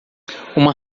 uma